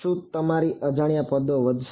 શું તમારી અજાણ્યા પદો વધશે